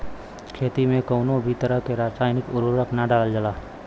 खेती में कउनो भी तरह के रासायनिक उर्वरक के ना डालल जाला